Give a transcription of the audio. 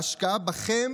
ההשקעה בכם